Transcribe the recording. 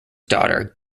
daughter